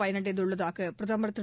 பயனடைந்துள்ளதாகபிரதுமர் திரு